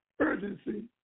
urgency